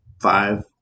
five